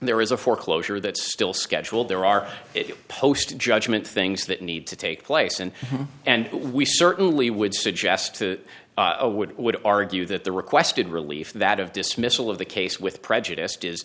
there is a foreclosure that still scheduled there are post judgment things that need to take place and and we certainly would suggest to a would would argue that the requested relief that of dismissal of the case with prejudiced is